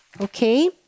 okay